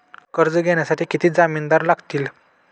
कर्ज घेण्यासाठी किती जामिनदार लागतील?